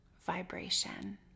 vibration